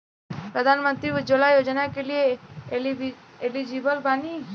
प्रधानमंत्री उज्जवला योजना के लिए एलिजिबल बानी?